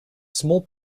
small